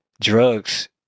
Drugs